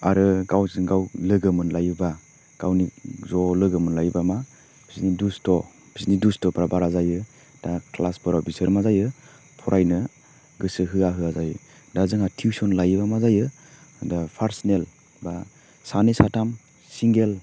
आरो गावजों गाव लोगो मोलायोबा गावनि ज' लोगो मोनलायोबा मा बिसिनि दुस्थ' बिसिनि दुस्थ'फ्रा बारा जायो दा क्लासफोराव बिसोर मा जायो फरायनो गोसो होआ होआ जायो दा जोंहा टिउसन लायोबा मा जायो दा पार्सनेल बा सानै साथाम सिंगेल